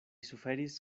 suferis